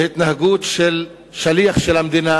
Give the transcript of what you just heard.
בהתנהגות של שליח של המדינה,